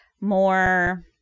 more